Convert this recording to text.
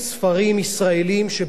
שבו יוצאים ספרים בעברית.